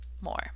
more